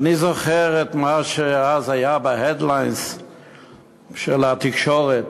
ואני זוכר את מה שהיה ב-headlines של התקשורת,